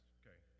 okay